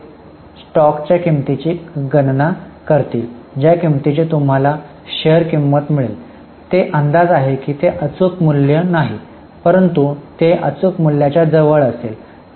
तर ते स्टॉकच्या किंमतीची गणना करतील ज्या किंमतीची तुम्हाला शेअर किंमत मिळेल ते अंदाज आहे की ते अचूक मूल्य नाही परंतु ते अचूक मूल्याच्या जवळ असेल